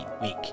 week